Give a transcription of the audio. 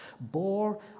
bore